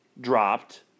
dropped